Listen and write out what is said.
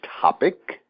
topic